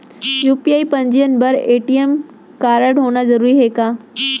UPI पंजीयन बर ATM कारडहोना जरूरी हे का?